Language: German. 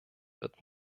wird